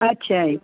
ਅੱਛਾ ਜੀ